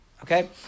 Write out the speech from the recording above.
Okay